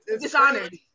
Dishonored